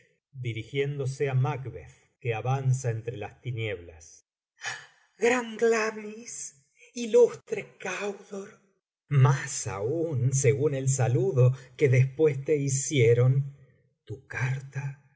la capa de tinieblas para gritar detente detente dirigiéndose á macbeth que avanza entre las tinieblas gran glamis ilustre candor más aún según el saludo que después te hicieron tu carta